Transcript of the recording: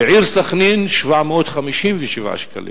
בעיר סח'נין, 757 שקלים.